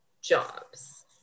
jobs